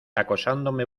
acosándome